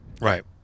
Right